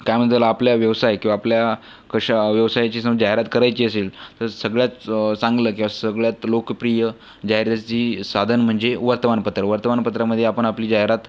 काय म्हणता त्याला आपल्या व्यवसाय किंवा आपल्या कशा व्यवसायची सम जाहिरात करायची असेल तर सगळ्यात चांगलं किंवा सगळ्यात लोकप्रिय जाहिरातीचे साधन म्हणजे वर्तमानपत्र वर्तमानपत्रामध्ये आपण आपली जाहिरात